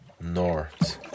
north